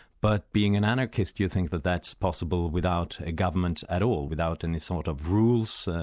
but being an anarchist, you think that that's possible without ah government at all, without any sort of rules,